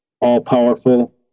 all-powerful